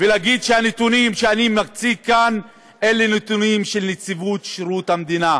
רק אגיד שהנתונים שאני מציג כאן אלה נתונים של נציבות שירות המדינה,